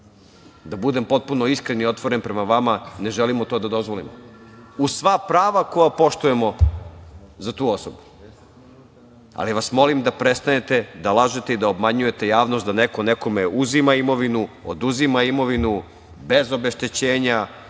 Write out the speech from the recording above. budem potpuno iskren i otvoren prema vama, ne želimo to da dozvolimo, uz sva prava koja poštujemo za tu osobu, ali vas molim da prestane da lažete i da obmanjujete javnost da neko nekome uzima imovinu, oduzima imovinu, bez obeštećenja